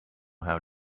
how